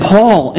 Paul